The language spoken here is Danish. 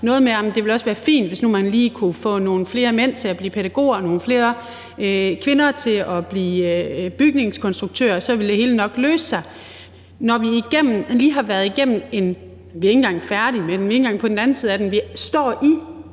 noget med, at det også ville være fint, hvis man lige kunne få nogle flere mænd til at blive pædagoger og nogle flere kvinder til at blive bygningskonstruktører, for så ville det hele nok løse sig, når vi er i en – vi er ikke engang færdige med den, vi er ikke engang på den anden side af den – enorm